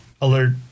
alert